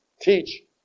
teach